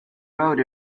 road